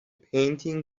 painting